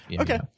Okay